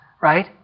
Right